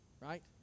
right